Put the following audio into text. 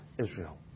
Israel